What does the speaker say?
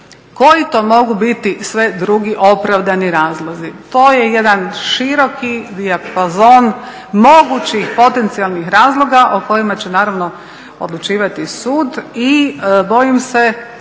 Koji to mogu biti sve drugi opravdani razlozi? To je jedan široki dijapazon mogućih potencijalnih razloga o kojima će naravno odlučivati sud. I bojim se